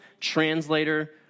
translator